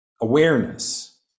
awareness